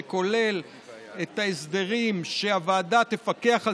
שכולל את ההסדרים: הוועדה תפקח על